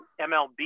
MLB